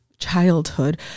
Childhood